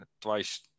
twice